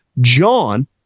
JOHN